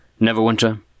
Neverwinter